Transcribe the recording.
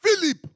Philip